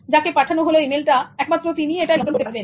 যাকে পাঠানো হলো ইমেইল টা একমাত্র তিনিই এটা নিয়ন্ত্রণ করতে পারবেন